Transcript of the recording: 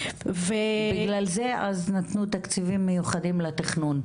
בגלל זה אז נתנו תקציבים מיוחדים לתכנון.